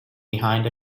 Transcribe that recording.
behind